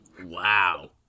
wow